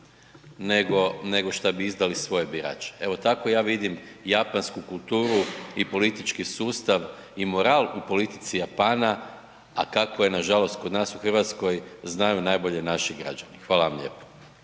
nego što bi izdali svoje birače, evo tako ja vidim japansku kulturu i politički sustav i moral u politici Japana, a kako je nažalost kod nas u Hrvatskoj znaju najbolje naši građani. Hvala vam lijepo.